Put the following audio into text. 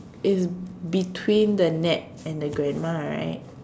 is between the net and the grandma right